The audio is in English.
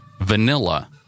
Vanilla